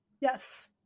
Yes